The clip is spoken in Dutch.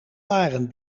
waren